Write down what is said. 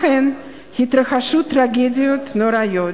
לכן התרחשו טרגדיות נוראות,